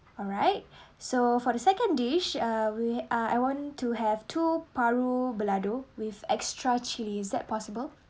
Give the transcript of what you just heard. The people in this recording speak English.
alright so for the second dish uh we I want to have two paru belado with extra chili is that possible